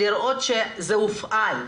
לראות שזה הופעל,